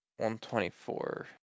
124